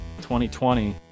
2020